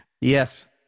Yes